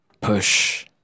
push